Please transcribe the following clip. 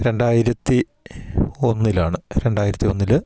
രണ്ടായിരത്തി ഒന്നിലാണ് രണ്ടായിരത്തി ഒന്നിൽ